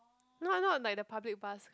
not not like the public bus